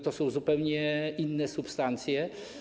To są zupełnie inne substancje.